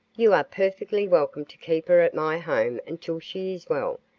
you are perfectly welcome to keep her at my home until she is well,